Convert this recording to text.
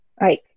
Right